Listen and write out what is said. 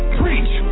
preach